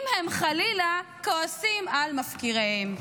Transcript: אם הם חלילה כועסים על מפקיריהם.